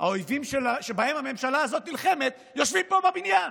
האויבים שבהם הממשלה הזאת נלחמת יושבים פה בבניין,